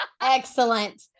excellent